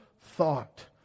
thought